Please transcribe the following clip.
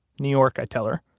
new york, i tell her.